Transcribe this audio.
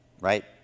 right